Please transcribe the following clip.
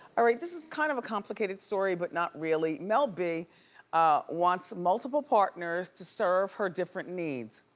all right, this is kind of a complicated story but not really. mel b wants multiple partners to serve her different needs.